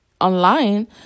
online